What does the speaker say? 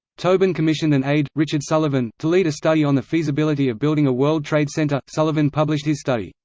tobin commissioned an aide, richard sullivan, to lead a study on the feasibility of building a world trade center sullivan published his study,